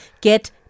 get